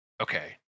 okay